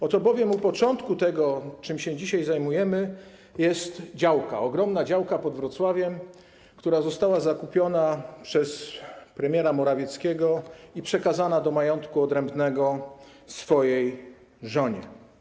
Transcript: Oto bowiem u początku tego, czym się dzisiaj zajmujemy, jest działka, ogromna działka pod Wrocławiem, która została zakupiona przez premiera Morawieckiego i którą przekazał do majątku odrębnego swojej żonie.